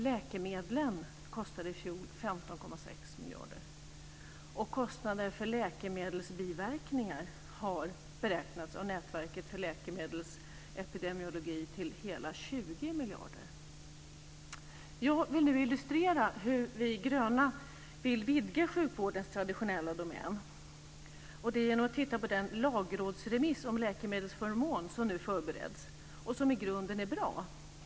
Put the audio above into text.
Läkemedlen kostade i fjol 15,6 miljarder, och kostnaden för läkemedelsbiverkningar har beräknats av Nätverket för läkemedelsepidemiologi till hela 20 miljarder. Jag vill illustrera hur vi gröna vill vidga sjukvårdens traditionella domän genom att titta på den lagrådsremiss om läkemedelsförmån som nu förbereds och som i grunden är bra.